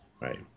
Right